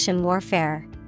warfare